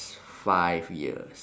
five years